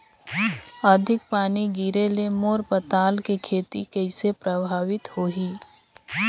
अधिक पानी गिरे ले मोर पताल के खेती कइसे प्रभावित होही?